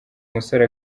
musore